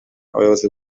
abayobozi